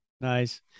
nice